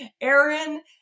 Aaron